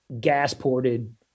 gas-ported